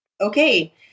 Okay